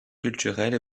culturels